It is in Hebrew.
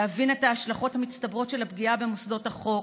להבין את ההשלכות המצטברות של הפגיעה במוסדות החוק,